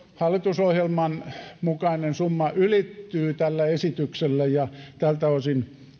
hallitusohjelman mukainen summa ylittyy tällä esityksellä ja tältä osin